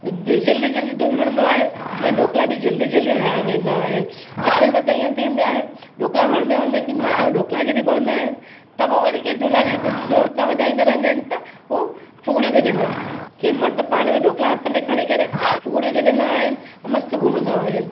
जल्दी जल्दी धुन हणंदो आहे तीअं ॾोकला बि जल्दी जल्दी हया वेंदा आहिनि आख़िर में त इहो थींदो आहे ॾोकला हणंदे हणंदे कंहिं जे हथु मां ॾोकला किरी पवंदा आहिनि त पोइ वरी के धुलारी हिते जोर सां वजाईंदा रहंदा आहिनि त उहो फुगडियूं खेॾंदा आहिनि के मर्द पाण में ॾोकला हथु में खणी करे फुगडियूं खेॾंदा आहिनि मस्तु घुमंदा आहिनि